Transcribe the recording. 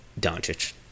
Doncic